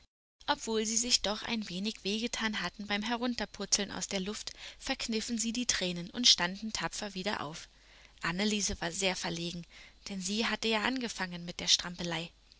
obwohl sie sich doch ein wenig weh getan hatten beim herunterpurzeln aus der luft verkniffen sie die tränen und standen tapfer wieder auf anneliese war sehr verlegen denn sie hatte ja angefangen mit der strampelei